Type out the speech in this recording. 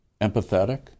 empathetic